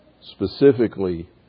Specifically